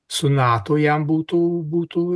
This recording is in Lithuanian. su nato jam būtų